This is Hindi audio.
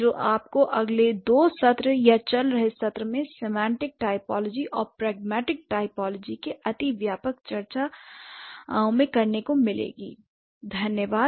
तो आपको अगले 2 सत्र या चल रहे सत्र में सिमेंटेक टाइपोलॉजी और प्रगमेटिक टाइपऑलजी की अति व्यापक चर्चा करने को मिलेंगी l धन्यवाद